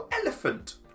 elephant